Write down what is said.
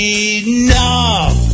enough